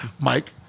Mike